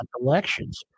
elections